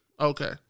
Okay